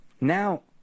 now